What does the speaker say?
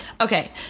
okay